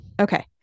Okay